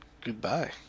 Goodbye